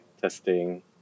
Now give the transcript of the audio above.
testing